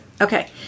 Okay